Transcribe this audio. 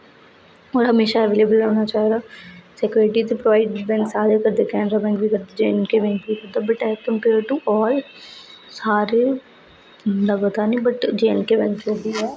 होर हमेशा अवेलेबल रौहना चाहिदा सिक्योरिटी ते प्रोवाइड बैंक सारे करदे न Canara Bank J and K Bank बी करदा what is a compare to all सारे लगदा नेईं what J and K Bank जो बी ऐ